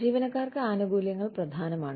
ജീവനക്കാർക്ക് ആനുകൂല്യങ്ങൾ പ്രധാനമാണ്